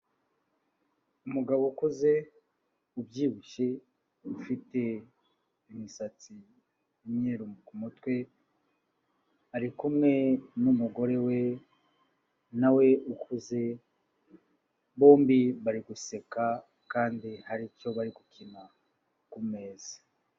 Umugabo ukuze ubyibushye ufite imisatsi y'imyeru ku mutwe, ari kumwe n'umugore we na we ukuze, bombi bari guseka kandi hari icyo bari gukina ku meza.